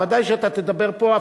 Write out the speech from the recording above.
בוודאי שאתה תדבר פה,